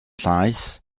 llaeth